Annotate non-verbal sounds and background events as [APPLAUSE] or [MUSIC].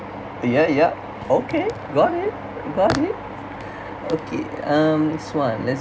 yeah yeah okay got it got it [BREATH] okay um this one let's